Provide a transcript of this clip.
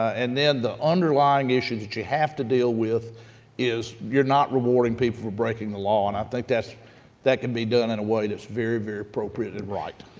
and then the underlying issue that you have to deal with is you're not rewarding people for breaking the law, and i think that's that can be done in a way that's very, very appropriate and right.